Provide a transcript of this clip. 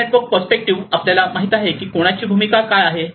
actor network perspective आपल्याला माहित आहे की कोणाची भूमिका काय आहे